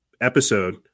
episode